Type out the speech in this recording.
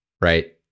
right